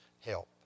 help